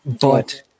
But-